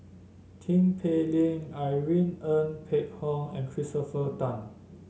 Tin Pei Ling Irene Ng Phek Hoong and Christopher Tan